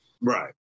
Right